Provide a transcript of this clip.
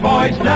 Boys